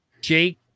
Jake